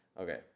Okay